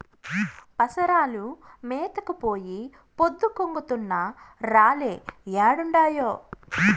పసరాలు మేతకు పోయి పొద్దు గుంకుతున్నా రాలే ఏడుండాయో